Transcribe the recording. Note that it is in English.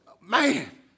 Man